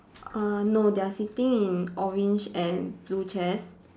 err no they are sitting in orange and blue chairs